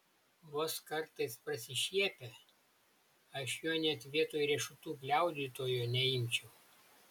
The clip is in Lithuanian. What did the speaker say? vos kartais prasišiepia aš jo net vietoj riešutų gliaudytojo neimčiau